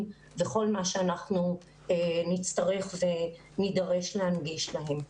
וכל מה שאנחנו נצטרך ונידרש להנגיש להם.